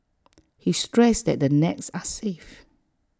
he stressed that the nets are safe